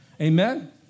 Amen